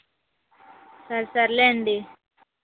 sir సరే లేండి